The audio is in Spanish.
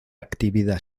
actividad